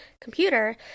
computer